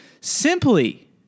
simply